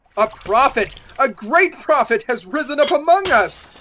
a prophet, a great prophet, has risen up among us.